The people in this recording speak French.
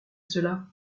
cela